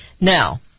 Now